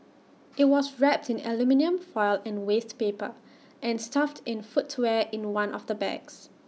IT was wrapped in aluminium foil and waste paper and stuffed in footwear in one of the bags